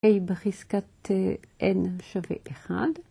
A בחזקת N שווה 1.